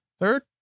Third